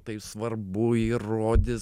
tai svarbu įrodys